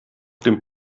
dem